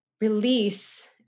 Release